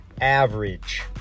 average